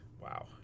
wow